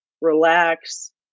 relax